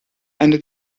eine